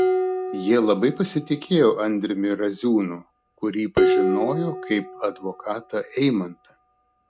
jie labai pasitikėjo andriumi raziūnu kurį pažinojo kaip advokatą eimantą